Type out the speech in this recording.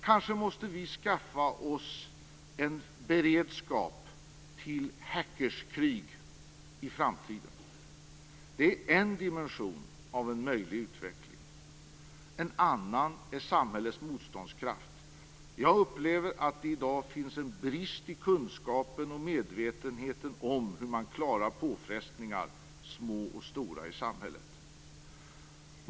Kanske måste vi skaffa oss en beredskap för hackers-krig i framtiden. Det är en dimension av en möjlig utveckling. En annan är samhällets motståndskraft. Jag upplever att det i dag finns en brist i kunskapen och medvetenheten om hur man klarar påfrestningar, små och stora, i samhället.